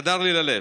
שחדר לי ללב: